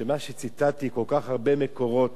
שמה שציטטתי, כל כך הרבה מקורות